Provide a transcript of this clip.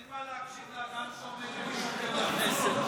אין מה להקשיב לאדם שעומד ומשקר לכנסת.